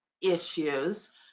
issues